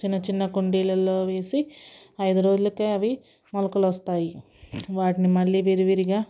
చిన్న కుండీలలో వేసి ఐదురోజులకు అవి మొలకలు వస్తాయి వాటిని మళ్ళీ విడి విడిగా